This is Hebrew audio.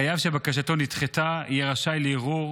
חייב שבקשתו נדחתה יהיה רשאי לערעור